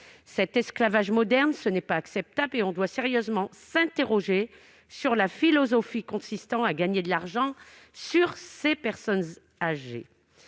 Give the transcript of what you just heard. tel esclavage moderne n'est pas acceptable, et on doit sérieusement s'interroger sur la philosophie consistant à gagner de l'argent sur le dos des personnes âgées.